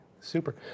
Super